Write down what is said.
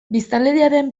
biztanleriaren